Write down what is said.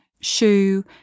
shoe